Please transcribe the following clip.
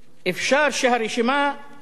אפשר שהרשימה תתארך.